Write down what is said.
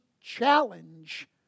challenge